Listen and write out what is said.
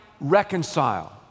reconcile